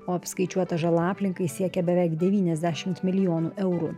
o apskaičiuota žala aplinkai siekia beveik devyniasdešimt milijonų eurų